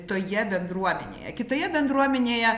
toje bendruomenėje kitoje bendruomenėje